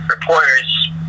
reporters